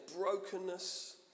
brokenness